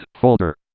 folder